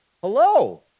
Hello